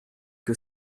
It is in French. que